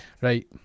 right